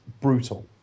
brutal